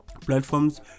platforms